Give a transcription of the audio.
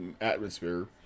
atmosphere